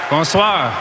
Bonsoir